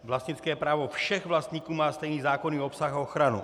Vlastnické právo všech vlastníků má stejný zákonný obsah a ochranu.